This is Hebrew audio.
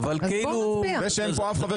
אבל לפני יוראי?